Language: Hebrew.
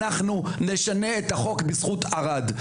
אנחנו נשנה את החוק בזכות ערד,